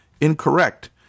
incorrect